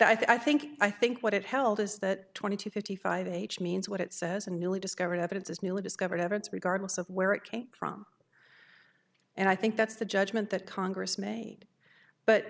but i think i think what it held is that twenty to fifty five age means what it says a newly discovered evidence is newly discovered evidence regardless of where it came from and i think that's the judgment that congress made but